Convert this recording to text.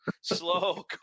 slow